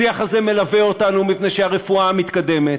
השיח הזה מלווה אותנו מפני שהרפואה מתקדמת,